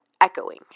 echoing